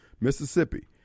Mississippi